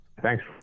Thanks